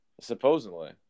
Supposedly